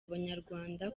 abanyarwanda